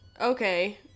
Okay